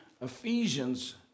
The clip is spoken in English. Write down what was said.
Ephesians